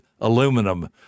aluminum